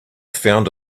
found